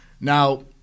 Now